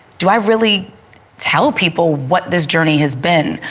do i really tell people what this journey has been?